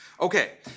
Okay